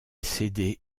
cédé